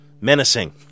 menacing